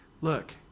look